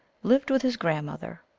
lived with his grandmother,